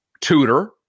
tutor